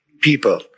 people